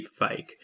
deepfake